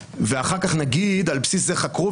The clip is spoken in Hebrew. ואחר כך נגיד שעל בסיס זה חקרו,